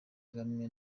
kagame